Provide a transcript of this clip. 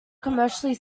commercially